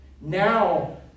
Now